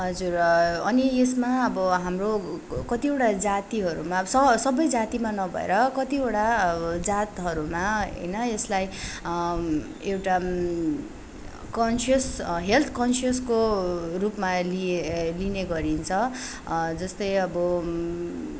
हजुर अनि यसमा अब हाम्रो कतिवटा जातिहरूमा स सबै जातिमा नभएर कतिवटा जातहरूमा होइन यसलाई एउटा कन्सियस हेल्थ कन्सियसको रूपमा लिए लिने गरिन्छ जस्तै अब